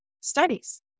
studies